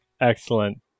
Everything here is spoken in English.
excellent